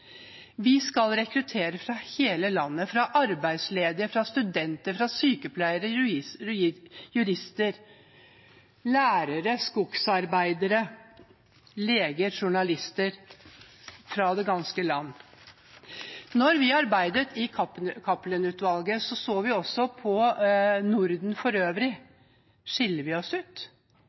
Vi skal rekruttere fra hele landet – arbeidsledige, studenter, sykepleiere, jurister, lærere, skogsarbeidere, leger og journalister fra det ganske land. Da vi arbeidet i Cappelen-utvalget, så vi også på Norden for øvrig. Skiller vi oss ut?